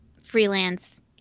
Freelance